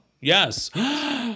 Yes